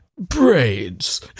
Braids